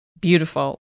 Beautiful